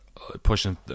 pushing